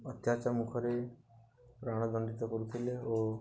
ଅତ୍ୟାଚାର ମୁଖରେ ପ୍ରାଣ ଦଣ୍ଡିତ କରୁଥିଲେ ଓ